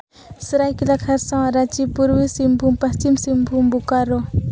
Seraikela Kharsawan Ranchi Purbi Singhbhum Paschim Singhbhum Bokaro